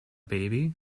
baby